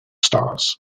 stars